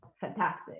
fantastic